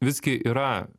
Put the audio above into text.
visgi yra